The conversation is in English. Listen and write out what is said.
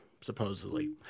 supposedly